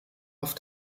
auf